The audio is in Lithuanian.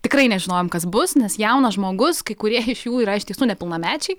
tikrai nežinojome kas bus nes jaunas žmogus kai kurie iš jų yra iš tiesų nepilnamečiai